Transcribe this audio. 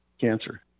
cancer